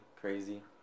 crazy